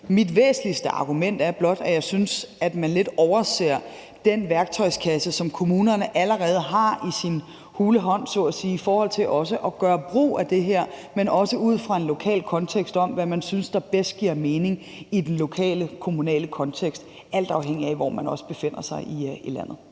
Mit væsentligste argument er blot, at jeg synes, at man lidt overser den værktøjskasse, som kommunerne så at sige allerede har i sin hule hånd og kan gøre brug af. Men det skal også ses ud fra en lokal kontekst om, hvad man synes bedst giver mening i den lokale, kommunale kontekst, alt afhængigt af hvor man befinder sig i landet.